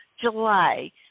July